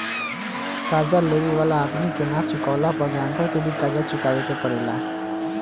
कर्जा लेवे वाला आदमी के ना चुकावला पर गारंटर के भी कर्जा चुकावे के पड़ेला